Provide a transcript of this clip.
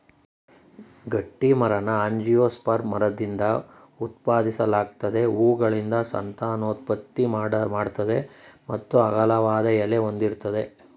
ಗಟ್ಟಿಮರನ angiosperm ಮರದಿಂದ ಉತ್ಪಾದಿಸಲಾಗ್ತದೆ ಹೂವುಗಳಿಂದ ಸಂತಾನೋತ್ಪತ್ತಿ ಮಾಡ್ತದೆ ಮತ್ತು ಅಗಲವಾದ ಎಲೆ ಹೊಂದಿರ್ತದೆ